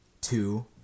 Two